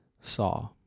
saw